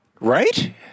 Right